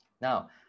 now